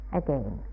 again